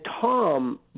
Tom